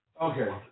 Okay